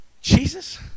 Jesus